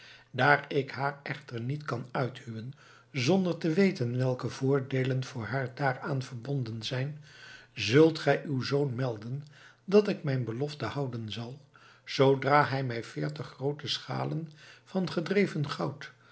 daar ik haar echter niet kan uithuwen zonder te weten welke voordeelen voor haar daaraan verbonden zijn zult gij uw zoon melden dat ik mijn belofte houden zal zoodra hij mij veertig groote schalen van gedreven goud